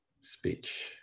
speech